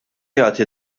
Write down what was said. jagħti